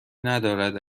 ندارد